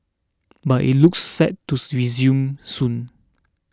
but it looks set to resume soon